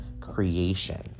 creation